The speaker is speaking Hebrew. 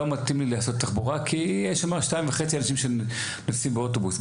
לא מתאים לי לעשות תחבורה כי יש שם שניים וחצי אנשים שנוסעים באוטובוס.